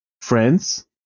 friends